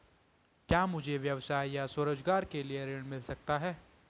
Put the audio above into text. क्या मुझे व्यवसाय या स्वरोज़गार के लिए ऋण मिल सकता है?